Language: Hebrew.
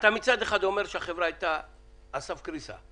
אתה מצד אחד אומר שהחברה היתה על סף קריסה,